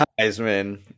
Heisman